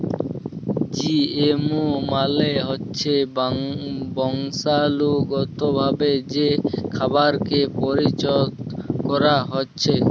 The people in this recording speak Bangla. জিএমও মালে হচ্যে বংশালুগতভাবে যে খাবারকে পরিলত ক্যরা হ্যয়েছে